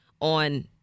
on